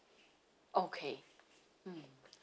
okay mm